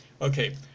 okay